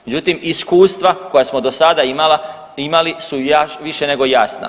Međutim, iskustva koja smo do sada imali su više nego jasna.